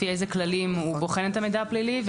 לפי איזה כללים הוא בוחן את המידע הפלילי,